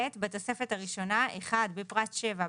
בתוספת הראשונה - בפרט (7),